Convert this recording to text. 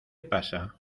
pasa